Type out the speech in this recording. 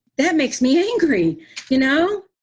that makes me angry you know,